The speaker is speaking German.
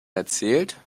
erzählt